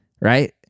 right